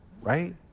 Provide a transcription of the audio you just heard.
right